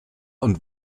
und